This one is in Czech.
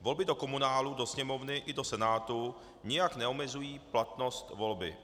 Volby do komunálu, do Sněmovny i do Senátu nijak neomezují platnost volby.